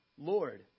Lord